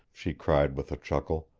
she cried with a chuckle.